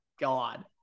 god